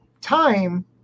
time